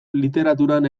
literaturan